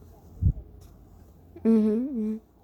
mmhmm mm